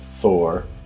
Thor